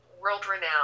world-renowned